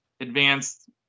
advanced